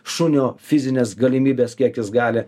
šunio fizines galimybes kiek jis gali